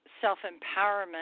self-empowerment